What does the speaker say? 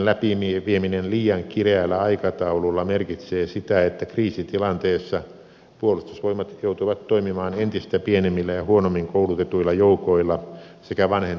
puolustusvoimauudistuksen läpivieminen liian kireällä aikataululla merkitsee sitä että kriisitilanteessa puolustusvoimat joutuu toimimaan entistä pienemmillä ja huonommin koulutetuilla joukoilla sekä vanhentuvalla kalustolla